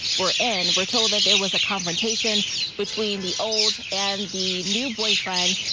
we're n we're told that there was a confrontation between the old and the new boyfriend.